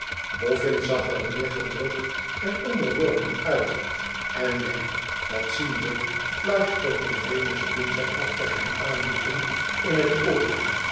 zag er neergedrukt en onderworpen uit en wegg dat ziende fluisterde venus toen zij achter hem aanliepen in het oor